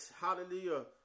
hallelujah